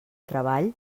treball